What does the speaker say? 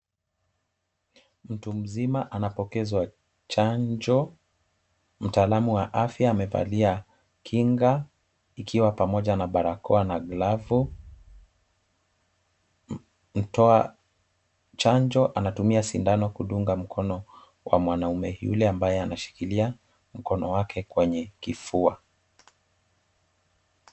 Mtu mzima anapokezwa chanjo. Mtaalamu wa afya amevalia kinga ikiwa pamoja na barakoa na glavu. Mtoa chanjo anatumia sindano kudunga mkono wa mwanaume yule ambaye anashikilia mkono wake kwenye kifua.